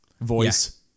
voice